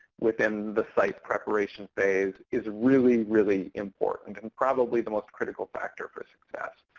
within the site preparation phase, is really, really important and probably the most critical factor for success.